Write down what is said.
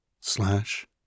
slash